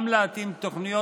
גם להתאים תוכניות,